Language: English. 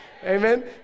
amen